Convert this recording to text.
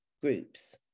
groups